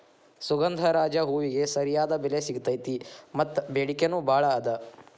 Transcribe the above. ಸುಗಂಧರಾಜ ಹೂವಿಗೆ ಸರಿಯಾದ ಬೆಲೆ ಸಿಗತೈತಿ ಮತ್ತ ಬೆಡಿಕೆ ನೂ ಬಾಳ ಅದ